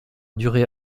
duré